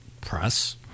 press